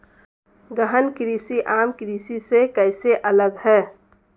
गहन कृषि आम कृषि से कैसे अलग है?